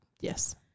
Yes